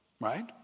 right